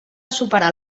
superar